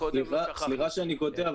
סליחה שאני קוטע,